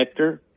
connector